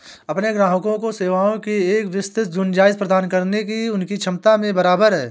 अपने ग्राहकों को सेवाओं की एक विस्तृत गुंजाइश प्रदान करने की उनकी क्षमता में बराबर है